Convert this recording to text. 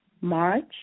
March